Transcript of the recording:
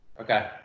Okay